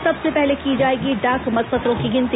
सबसे पहले की जाएगी डाक मतपत्रों की गिनती